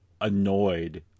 annoyed